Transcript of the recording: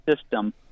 system